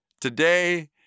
today